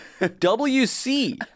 WC